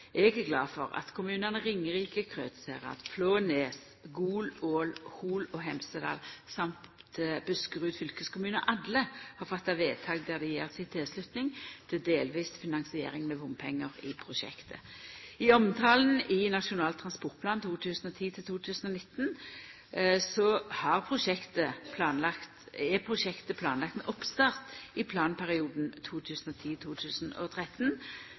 Eg er glad for at kommunane Ringerike, Krødsherad, Flå, Nes, Gol, Ål, Hol og Hemsedal og Buskerud fylkeskommune, alle har fatta vedtak der dei gjev si tilslutning til delvis finansiering med bompengar i prosjektet. I omtalen i Nasjonal transportplan 2010–2019 er prosjektet planlagt med oppstart i planperioden 2010–2013, og med planlagd fullføring i